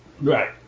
Right